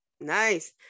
Nice